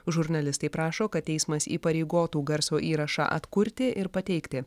žurnalistai prašo kad teismas įpareigotų garso įrašą atkurti ir pateikti